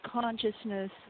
consciousness